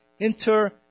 Enter